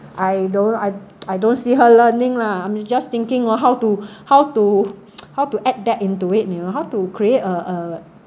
I don't I I don't see her learning lah I'm just thinking on how to how to how to add that into it you know how to create a a